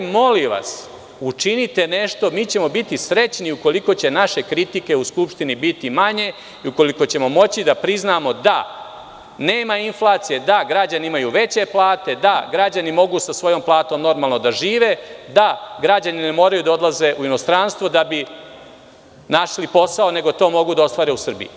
Molim vas, učinite nešto, mi ćemo biti srećni ukoliko će naše kritike u Skupštini biti manje i ukoliko ćemo moći da priznamo da nema inflacije, da građani imaju veće plate, da građani mogu sa svojom platom normalno da žive, da građani ne moraju da odlaze u inostranstvo da bi našli posao, nego to mogu da ostvare u Srbiji.